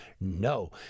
No